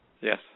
Yes